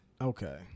okay